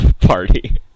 party